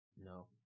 No